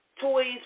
toys